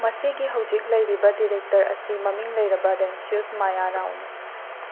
ꯃꯁꯤꯒꯤ ꯍꯧꯖꯤꯛ ꯂꯩꯔꯤꯕ ꯗꯤꯔꯦꯛꯇꯔ ꯑꯁꯤ ꯃꯃꯤꯡ ꯂꯩꯔꯕ ꯗꯦꯟꯁꯤꯌꯁ ꯃꯌꯥ ꯔꯥꯎꯅꯤ